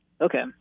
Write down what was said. Okay